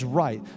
right